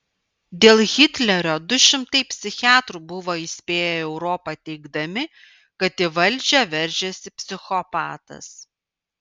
dėl hitlerio du šimtai psichiatrų buvo įspėję europą teigdami kad į valdžią veržiasi psichopatas